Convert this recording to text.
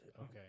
Okay